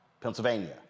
Pennsylvania